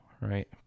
right